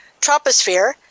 troposphere